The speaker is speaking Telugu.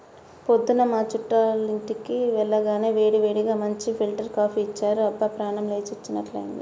పొద్దున్న మా చుట్టాలింటికి వెళ్లగానే వేడివేడిగా మంచి ఫిల్టర్ కాపీ ఇచ్చారు, అబ్బా ప్రాణం లేచినట్లైంది